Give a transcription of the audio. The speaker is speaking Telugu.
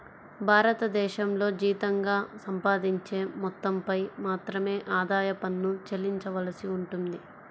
భారతదేశంలో జీతంగా సంపాదించే మొత్తంపై మాత్రమే ఆదాయ పన్ను చెల్లించవలసి ఉంటుంది